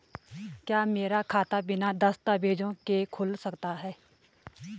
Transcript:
क्या मेरा खाता बिना दस्तावेज़ों के खुल सकता है?